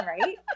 right